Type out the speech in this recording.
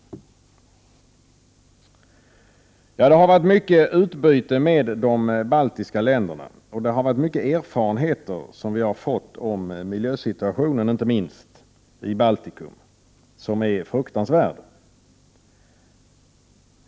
Det har förekommit ett stort utbyte med de baltiska länderna. Och vi har fått många erfarenheter av miljösituationen, inte minst i Baltikum, som är fruktansvärd.